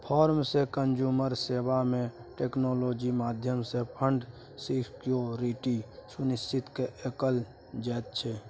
farm सँ consumer सेबा मे टेक्नोलॉजी माध्यमसँ फुड सिक्योरिटी सुनिश्चित कएल जाइत छै